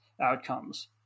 outcomes